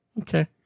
Okay